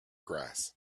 grass